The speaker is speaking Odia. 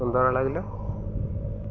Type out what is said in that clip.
ସୁନ୍ଦର ଲାଗିଲା